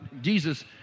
Jesus